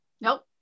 Nope